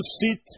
sit